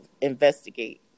investigate